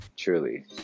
truly